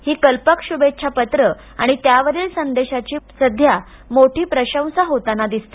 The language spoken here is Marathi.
हि कल्पक शुभेच्छा पत्र आणि त्या वरिल संदेशाची मोठी सध्या प्रशंसा होताना दिसते